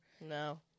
No